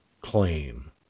claim